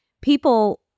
people